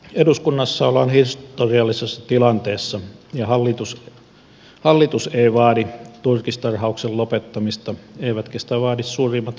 eduskunnassa ollaan historiallisessa tilanteessa ja hallitus ei vaadi turkistarhauksen lopettamista eivätkä sitä vaadi suurimmat hallituspuolueetkaan